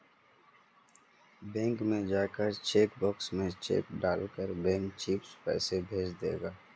bank में जाकर cheque box में चेक डाल कर बैंक चिप्स पैसे भेज देगा